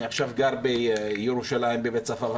אני עכשיו גר בירושלים, בבית צפאפה.